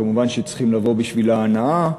כמובן שצריכים לבוא בשביל ההנאה,